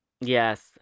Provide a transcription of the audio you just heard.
yes